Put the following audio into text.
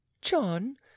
John